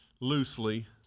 loosely